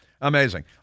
Amazing